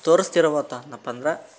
ತೋರಿಸ್ತಿರೊ ಹೊತ್ತು ಆಯ್ತಪ್ಪ ಅಂದ್ರೆ